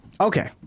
Okay